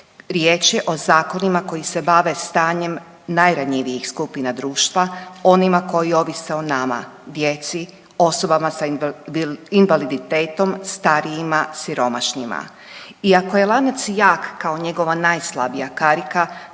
Riječ je o zakonima koji se bave stanjem najranjivijih skupina društva, onima koji ovise o nama, djeci, osobama sa invaliditetom, starijima, siromašnima i ako je lanac jak kao njegova najslabija karika